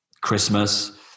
christmas